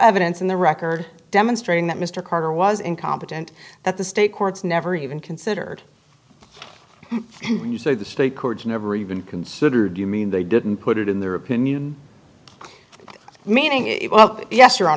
evidence in the record demonstrating that mr carter was incompetent that the state courts never even considered when you said the state courts never even considered you mean they didn't put it in their opinion meaning it well yes